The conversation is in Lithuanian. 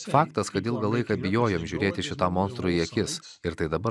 faktas kad ilgą laiką bijojom žiūrėti šitam monstrui į akis ir tai dabar